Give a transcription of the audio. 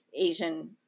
asian